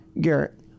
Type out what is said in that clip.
Garrett